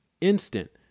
instant